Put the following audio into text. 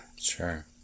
Sure